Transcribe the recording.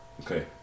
Okay